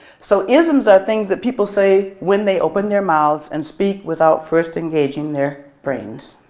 so isms are things that people say when they open their mouths and speak without first engaging their brains.